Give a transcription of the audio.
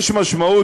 יש משמעות,